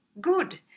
good